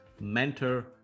mentor